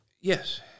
Yes